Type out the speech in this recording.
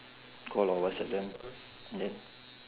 call or whatsapp them then